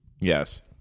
Yes